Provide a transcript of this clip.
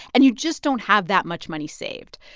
and you just don't have that much money saved.